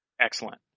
Excellent